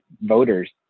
voters